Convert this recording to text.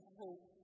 hope